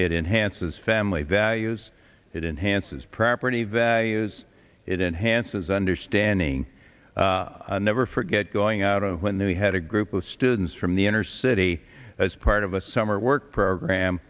it enhanced his family values it enhanced his property values it enhances understanding never forget going out and when he had a group of students from the inner city as part of a summer work program